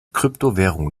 kryptowährung